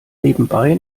nebenbei